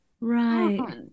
right